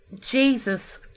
Jesus